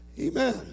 amen